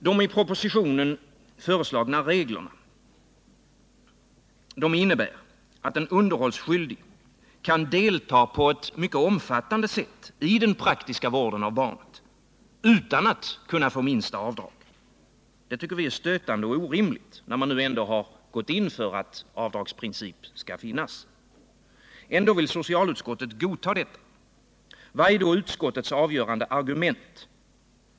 Dei propositionen föreslagna reglerna innebär att en underhållsskyldig kan delta på ett mycket omfattande sätt i den praktiska vården av barnet utan att få minsta avdrag. Det tycker vi är stötande och orimligt, när man nu har gått in för avdragsprincipen. Ändå vill socialutskottet godta det. Vad är då utskottets avgörande argument?